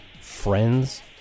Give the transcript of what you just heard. friends